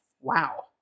Wow